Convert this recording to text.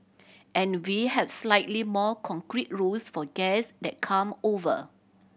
and we have slightly more concrete rules for guests that come over